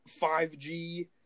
5G